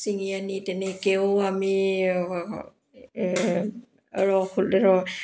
চিঙি আনি তেনেকৈও আমি ৰস ৰ